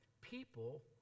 people